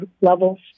levels